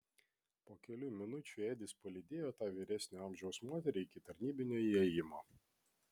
po kelių minučių edis palydėjo tą vyresnio amžiaus moterį iki tarnybinio įėjimo